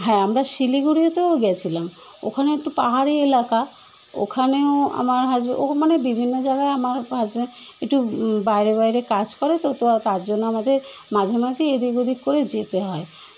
হ্যাঁ আমরা শিলিগুড়িতেও গিয়েছিলাম ওখানে একটু পাহাড়ি এলাকা ওখানেও আমার হাসব্যান্ড ও মানে বিভিন্ন জাগায় আমার হাসব্যান্ড একটু বাইরে বাইরে কাজ করে তো তার জন্য আমাদের মাঝে মাঝেই এদিক ওদিক করে যেতে হয়